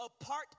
apart